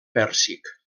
pèrsic